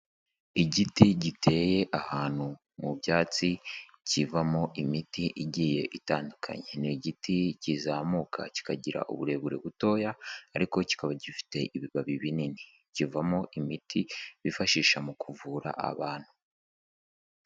Igiti giteye ahantu mu byatsi, kivamo imiti igiye itandukanye. Ni igiti kizamuka kikagira uburebure butoya ariko kikaba gifite ibibabi binini. Kivamo imiti bifashisha mu kuvura abantu.